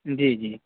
جی جی